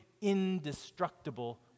indestructible